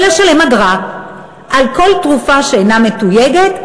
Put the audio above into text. ולשלם אגרה על כל תרופה שאינה מתויגת.